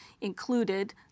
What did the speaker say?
included